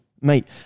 mate